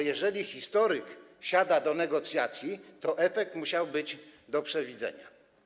Jeżeli historyk siadł do negocjacji, to efekt musiał być do przewidzenia.